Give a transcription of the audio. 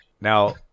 Now